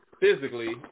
physically